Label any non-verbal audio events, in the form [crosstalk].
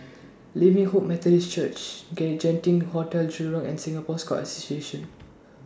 [noise] Living Hope Methodist Church Genting Hotel Jurong and Singapore Scout Association